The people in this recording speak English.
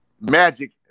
magic